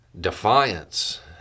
defiance